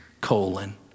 colon